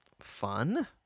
fun